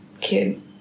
kid